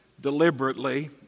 deliberately